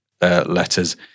letters